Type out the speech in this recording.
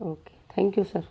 okay thank you sir